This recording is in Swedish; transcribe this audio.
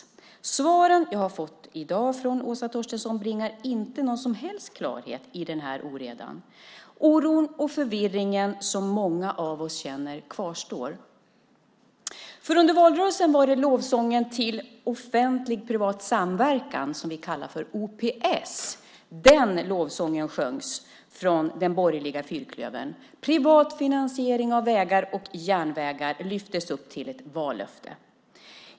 De svar som jag i dag har fått från Åsa Torstensson bringar inte någon som helst klarhet i den oredan. Den oro och förvirring som många av oss känner kvarstår. Under valrörelsen var det lovsången till offentlig privat samverkan som vi kallar OPS som sjöngs från den borgerliga fyrklövern. Privat finansiering av vägar och järnvägar lyftes upp till ett vallöfte.